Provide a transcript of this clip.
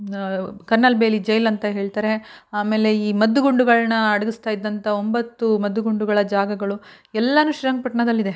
ಕಣ್ಣಲ್ಲಿ ಬೇಲಿ ಜೈಲು ಅಂತ ಹೇಳ್ತಾರೆ ಆಮೇಲೆ ಈ ಮದ್ದು ಗುಂಡುಗಳನ್ನ ಅಡಗಿಸ್ತಾ ಇದ್ದಂಥ ಒಂಬತ್ತು ಮದ್ದುಗುಂಡುಗಳ ಜಾಗಗಳು ಎಲ್ಲವೂ ಶ್ರೀರಂಗಪಟ್ಣದಲ್ಲಿದೆ